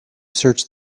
search